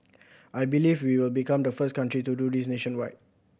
I believe we will become the first country to do this nationwide